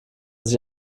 sich